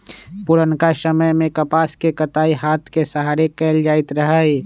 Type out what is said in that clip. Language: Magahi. पुरनका समय में कपास के कताई हात के सहारे कएल जाइत रहै